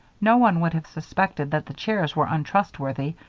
no one would have suspected that the chairs were untrustworthy,